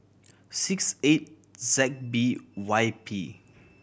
six eight Z B Y P